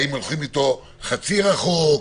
האם הולכים אתו חצי רחוק.